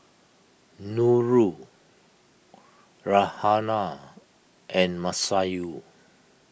Nurul Raihana and Masayu